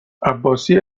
عباسی